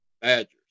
Badgers